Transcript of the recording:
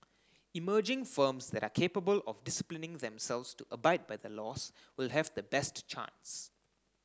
emerging firms that are capable of disciplining themselves to abide by the laws will have the best chance